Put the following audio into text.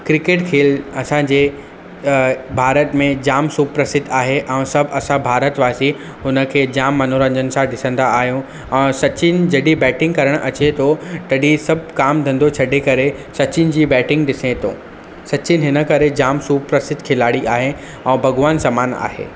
cricket खेल असांजे भारत में जाम सुप्रसिद्ध आहे ऐं सभु असां भारतवासी हुनखे जाम मनोरंजन सां ॾिसंदा आहियूं ऐं सचिन जॾी बैटिंग करणु अचे थो तॾहिं सभु काम धंधो छॾे करे सचिन जी बैटिंग ॾिसे थो सचिन हिन करे जामु सुप्रसिद्ध खिलाड़ी आहे ऐं भॻिवानु समानु आहे